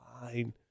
Fine